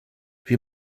wir